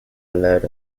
allowed